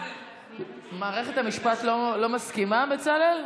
מערכת המשפט לא מסכימה, בצלאל?